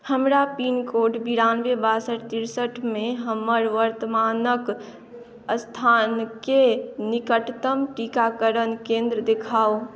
हमरा पिनकोड बिरानबे बासठि तिरसठिमे हमर वर्तमानक स्थानके निकटतम टीकाकरण केन्द्र देखाउ